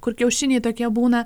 kur kiaušiniai tokie būna